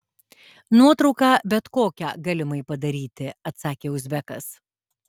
nuotrauką bet kokią galimai padaryti atsakė uzbekas